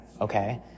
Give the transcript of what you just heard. Okay